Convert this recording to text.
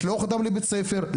לשלוח אותם לבית הספר,